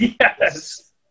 Yes